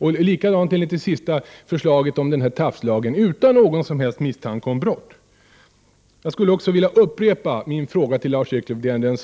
På samma sätt förhåller det sig i fråga om den nu föreslagna tafslagen. Jag vill upprepa min fråga till Lars-Erik Lövdén,